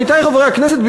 עמיתי חברי הכנסת,